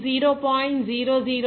కాబట్టి ఇది 0